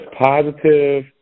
positive